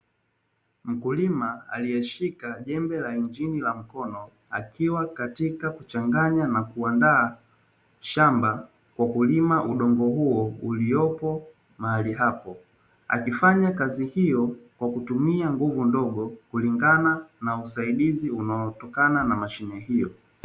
Mkulima aliyeshika jembe la injini la mkono akiwa katika kuchanganya na kuandaa shamba kwa kutumia udongo huo uliopo mahali hapo, akifanya kazi hiyo kwa kutumia nguvu ndogo kulingana na usaidizi unaotokana na mashine hiyo.